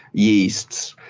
yeasts,